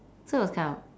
so it was kind of